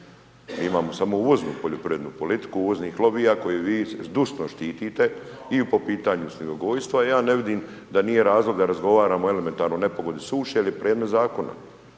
Imamo samo uvoznu poljoprivrednu politiku, uvoznih lobija koju vi zdušno štitite i po pitanju svinjogojstva ja ne vidim da nije razlog da razgovaramo o elementarnoj nepogodi suši jer je predmet zakona.